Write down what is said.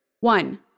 One